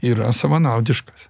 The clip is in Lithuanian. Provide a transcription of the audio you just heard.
yra savanaudiškas